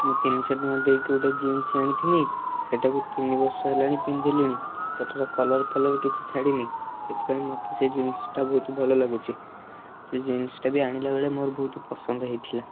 ମୁଁ ତିନିଶ ଟଙ୍କା ଦେଇକି ଗୋଟେ ଜିନ୍ସ ଆଣିଥିଲି ସେଇଟାକୁ ତିନି ବର୍ଷ ହେଲାଣି ପିନ୍ଧିଲିଣି ସେଇଟାର କଲର ଫଲର କିଛି ଛାଡ଼ିନି ସେଥିପାଇଁ ମୋତେ ସେ ଜିନ୍ସଟା ବହୁତ ଭଲ ଲାଗୁଛି ସେ ଜିନ୍ସଟା ବି ଆଣିଲାବେଳେ ମୋର ବହୁତ ପସନ୍ଦ ହେଇଥିଲା